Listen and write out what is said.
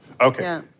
Okay